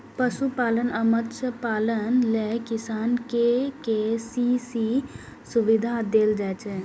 पशुपालन आ मत्स्यपालन लेल किसान कें के.सी.सी सुविधा देल जाइ छै